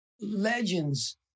legends